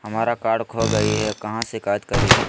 हमरा कार्ड खो गई है, कहाँ शिकायत करी?